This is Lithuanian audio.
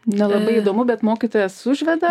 nelabai įdomu bet mokytojas užveda